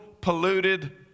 polluted